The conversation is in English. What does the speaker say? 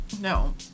No